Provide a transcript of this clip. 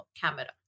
camera